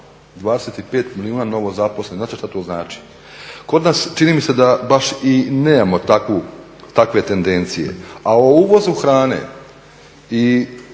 25 milijuna novo zaposlenih u EU. Znate šta to znači? Kod nas, čini mi se da baš i nemamo takve tendencije. A o uvozu hrane i